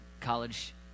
college